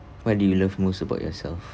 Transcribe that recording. what do you love most about yourself